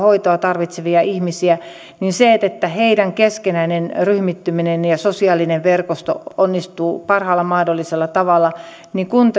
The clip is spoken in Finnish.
hoitoa tarvitsevia ihmisiä ja heidän keskinäinen ryhmittymisensä ja sosiaalinen verkostonsa onnistuu parhaalla mahdollisella tavalla kun